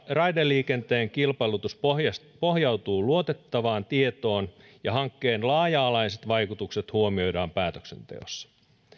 raideliikenteen kilpailutus pohjautuu luotettavaan tietoon ja hankkeen laaja alaiset vaikutukset huomioidaan päätöksenteossa